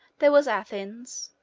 there was athens,